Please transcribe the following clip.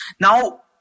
Now